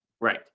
Right